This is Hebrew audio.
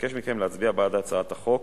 ומבקש מכם להצביע בעד הצעת החוק